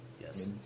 Yes